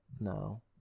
No